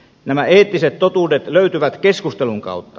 nämä eettiset totuudet löytyvät keskustelun kautta